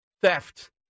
theft